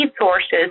sources